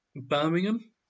Birmingham